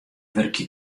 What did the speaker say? wurkje